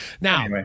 Now